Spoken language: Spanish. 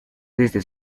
desde